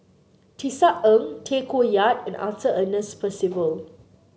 Tisa Ng Tay Koh Yat and Arthur Ernest Percival